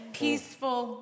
peaceful